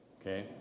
Okay